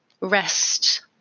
rest